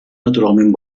naturalment